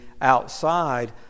outside